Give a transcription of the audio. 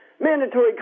mandatory